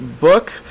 book